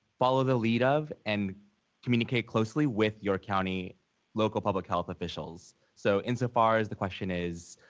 follow the lead of and communicate closely with your county local public health officials. so insofar as the question is.